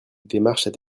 démarches